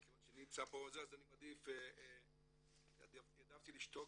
מכוון שאני נמצא פה --- אז אני העדפתי לשתוק ולשמוע,